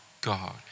God